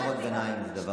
קריאות ביניים זה דבר,